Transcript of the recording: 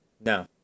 No